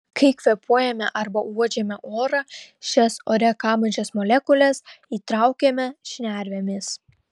kai kvėpuojame arba uodžiame orą šias ore kabančias molekules įtraukiame šnervėmis